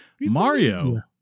Mario